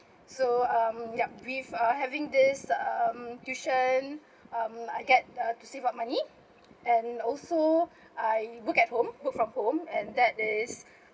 so um yup with uh having this um tuition um I get uh to save up money and also I work at home work from home and that is